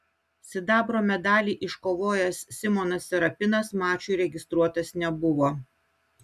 sidabro medalį iškovojęs simonas serapinas mačui registruotas nebuvo